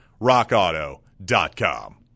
RockAuto.com